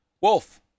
Wolf